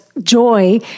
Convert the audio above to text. joy